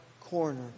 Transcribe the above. corner